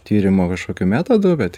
tyrimo kažkokiu metodu bet